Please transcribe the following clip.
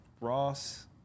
Ross